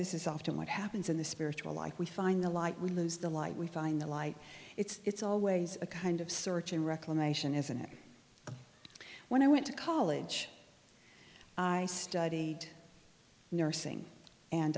this is often what happens in the spiritual life we find the light we lose the light we find the light it's always a kind of searching reclamation isn't it when i went to college i studied nursing and